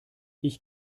ich